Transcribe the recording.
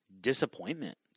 disappointment